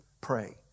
Pray